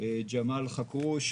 ג'מאל חכרוש,